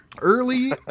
early